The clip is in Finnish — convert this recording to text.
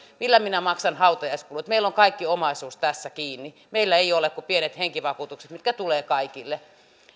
millä minä maksan hautajaiskulut meillä on kaikki omaisuus tässä kiinni meillä ei ole kuin pienet henkivakuutukset mitkä tulevat kaikille